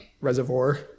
reservoir